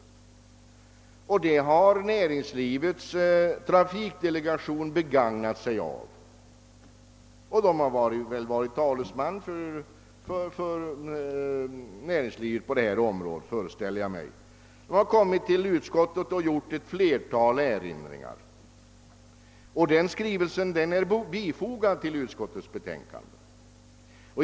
Denna möjlighet har näringslivets trafikdelegation begagnat sig av — som talesman för näringslivet på detta område, föreställer jag mig — och gjort ett flertal erinringar hos utskottet; skrivelsen är fogad till utskottets betänkande.